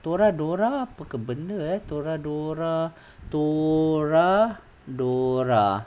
toradora apa benda eh toradora toradora